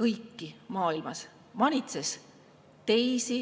kõiki maailmas, manitses teisi